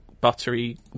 buttery